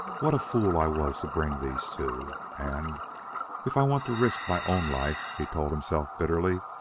what a fool i was to bring these two! and if i want to risk my own life, he told himself bitterly,